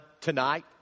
tonight